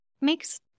makes